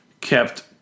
kept